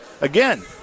again